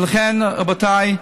ולכן, רבותיי,